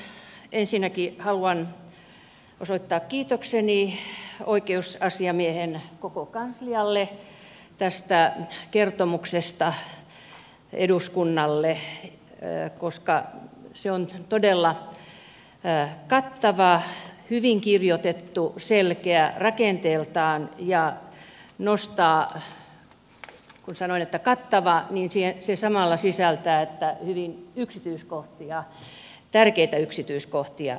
ensinnäkin haluan osoittaa kiitokseni koko oikeusasiamiehen kanslialle tästä kertomuksesta eduskunnalle koska se on todella kattava hyvin kirjoitettu selkeä rakenteeltaan ja nostaa esille tärkeitä yksityiskohtia kun sanoin että kattava niin se samalla sisältää hyvin yksityiskohtia